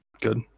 Good